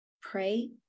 pray